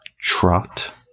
Trot